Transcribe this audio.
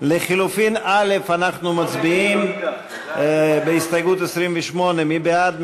לחלופין א' אנחנו מצביעים, בסעיף 28. מי בעד?